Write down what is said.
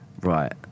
right